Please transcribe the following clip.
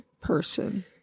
person